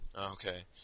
Okay